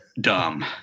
dumb